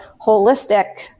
holistic